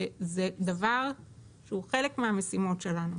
זה דבר שהוא חלק מהמשימות שלנו.